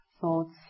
thoughts